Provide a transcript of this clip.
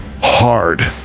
hard